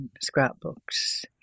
scrapbooks